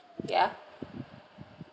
ya